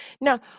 Now